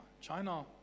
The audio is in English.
China